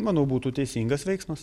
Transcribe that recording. manau būtų teisingas veiksmas